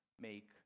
make